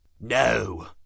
No